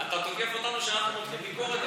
אתה תוקף אותנו שאנחנו מותחים ביקורת,